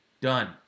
done